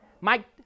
Mike